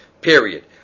period